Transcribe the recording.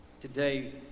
Today